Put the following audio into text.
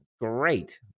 Great